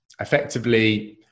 effectively